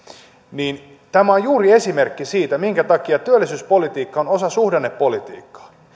niin tämä on juuri esimerkki siitä minkä takia työllisyyspolitiikka on osa suhdannepolitiikkaa